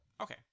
Okay